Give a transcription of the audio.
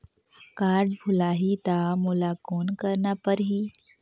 Card भुलाही ता मोला कौन करना परही?